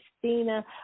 Christina